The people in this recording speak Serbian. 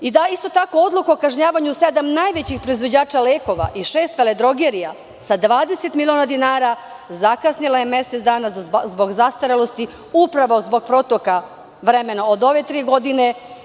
Isto tako, odluka o kažnjavanju sedam najboljih proizvođača lekova i šest veledrogerija sa 20 miliona dinara zakasnila je mesec dana zbog zastarelosti, upravo zbog protoka vremena od ove tri godine.